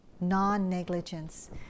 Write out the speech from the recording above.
non-negligence